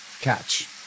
Catch